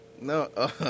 No